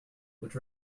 which